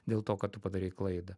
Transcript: dėl to kad tu padarei klaidą